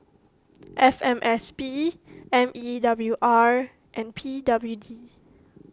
F M S P M E W R and P W D